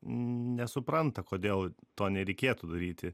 nesupranta kodėl to nereikėtų daryti